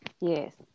yes